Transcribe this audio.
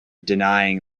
denying